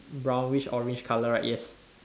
brownish orange colour right yes